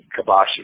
Kabashi